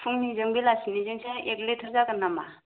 फुंनिजों बेलासिनि जोंसो एक लिटार जागोन नामा